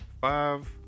five